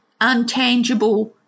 untangible